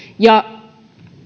ja